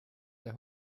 der